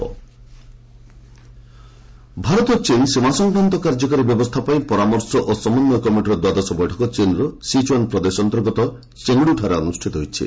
India ଚୀନ୍ ଭାରତ ଚୀନ୍ ସୀମା ସଂକ୍ରାନ୍ତ କାର୍ଯ୍ୟକାରୀ ବ୍ୟବସ୍ଥା ପାଇଁ ପରାମର୍ଶ ଓ ସମନ୍ୱୟ କମିଟିର ଦ୍ୱାଦଶ ବୈଠକ ଚୀନ୍ର ସିଚୁଆନ୍ ପ୍ରଦେଶ ଅନ୍ତର୍ଗତ ଚେଙ୍ଗଡୁଠାରେ ଅନୁଷ୍ଠିତ ହୋଇଛି